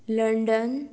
London